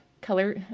color